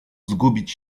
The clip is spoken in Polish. zgubić